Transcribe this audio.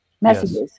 messages